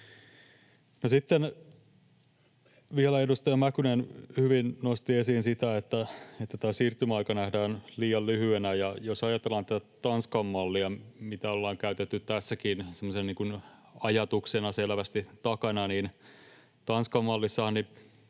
Sitten vielä edustaja Mäkynen hyvin nosti esiin sitä, että tämä siirtymäaika nähdään liian lyhyenä. Jos ajatellaan tätä Tanskan mallia, mitä ollaan käytetty tässäkin semmoisena ajatuksena selvästi takana, niin Tanskan mallia